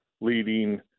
leading